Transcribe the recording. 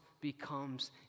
becomes